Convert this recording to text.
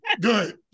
Good